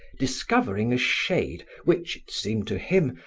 discovering a shade which, it seemed to him,